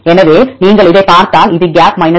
எனவே இதை நீங்கள் பார்த்தால் இது கேப் 3